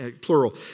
plural